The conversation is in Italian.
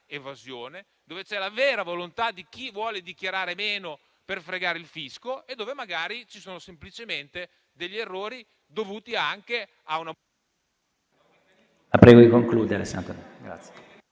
evasione, dove c'è la vera volontà di dichiarare meno per imbrogliare il fisco e dove magari ci sono semplicemente errori dovuti anche a*...